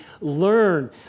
learn